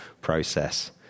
process